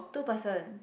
two person